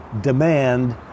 demand